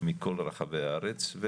מכל רחבי הארץ.